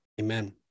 amen